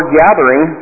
gathering